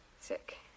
Sick